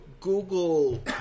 Google